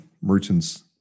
merchants